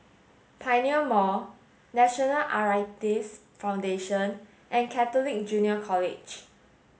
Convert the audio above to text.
Pioneer Mall National Arthritis Foundation and Catholic Junior College